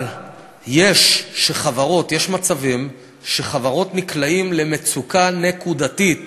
אבל יש מצבים שחברות נקלעות למצוקה נקודתית